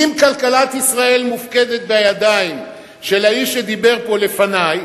אם כלכלת ישראל מופקדת בידיים של האיש שדיבר פה לפני,